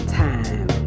time